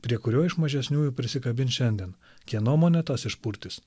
prie kurio iš mažesniųjų prisikabins šiandien kieno monetas iš purtys